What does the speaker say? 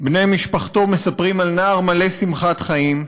בני משפחתו מספרים על נער מלא שמחת חיים.